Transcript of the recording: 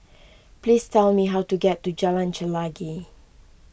please tell me how to get to Jalan Chelagi